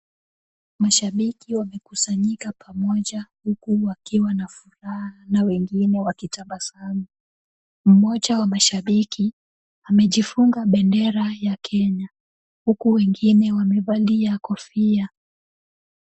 Mashabiki wamekusanyika pamoja huku wakiwa na furaha na wengine wakitabasamu. Mmoja wa mashabiki amejifunga bendera ya Kenya huku wengine wamevalia kofia.